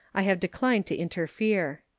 i have declined to interfere.